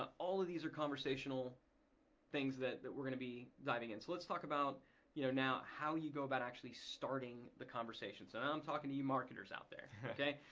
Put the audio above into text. ah all of these are conversational things that that we're gonna be diving in. so let's talk about you know now how you go about actually starting the conversation. so now i'm talking to you marketers out there, okay?